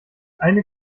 eine